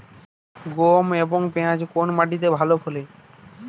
গম এবং পিয়াজ কোন মাটি তে ভালো ফলে?